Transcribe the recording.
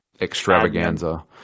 extravaganza